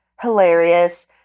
hilarious